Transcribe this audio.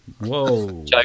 whoa